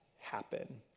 happen